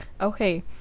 Okay